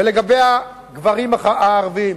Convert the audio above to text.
ולגבי הגברים הערבים: